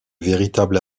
véritable